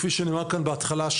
כפי שנאמר כאן בהתחלה,